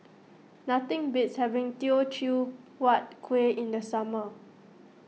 nothing beats having Teochew Huat Kuih in the summer